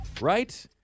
right